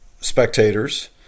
spectators